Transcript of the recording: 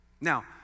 Now